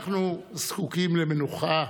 אנחנו זקוקים למנוחה.